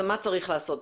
ומה צריך לעשות.